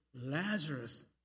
Lazarus